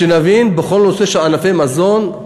שנבין, בכל נושא של ענפי המזון,